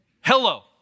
Hello